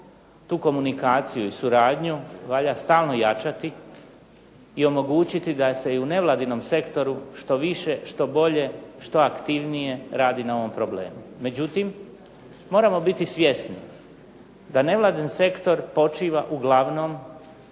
tu komunikaciju i suradnju valja stalno jačati i omogućiti da se u nevladinom sektoru što više, što bolje, što aktivnije radi na ovome problemu. Međutim, moramo biti svjesni da nevladin sektor počiva uglavnom